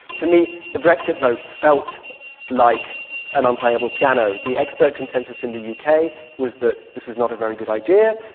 to me, the brexit vote felt like an an unplayable piano. the expert consensus in the u k. was that this was not a very good idea.